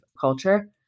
culture